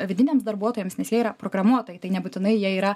vidiniams darbuotojams nes jie yra programuotojai tai nebūtinai jie yra